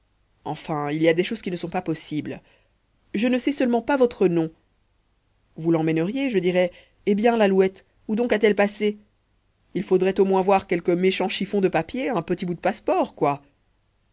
enfin il y a des choses qui ne sont pas possibles je ne sais seulement pas votre nom vous l'emmèneriez je dirais eh bien l'alouette où donc a-t-elle passé il faudrait au moins voir quelque méchant chiffon de papier un petit bout de passeport quoi